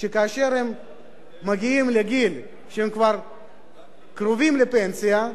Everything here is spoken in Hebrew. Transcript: שכאשר הם מגיעים לגיל שהם כבר קרובים לפנסיה,